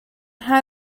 how